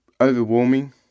overwhelming